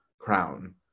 crown